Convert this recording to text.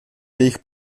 jejich